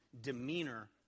demeanor